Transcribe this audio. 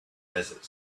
desert